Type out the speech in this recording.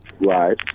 Right